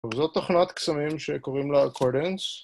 וזאת תוכנת קסמים שקוראים לה Accordance